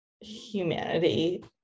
humanity